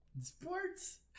Sports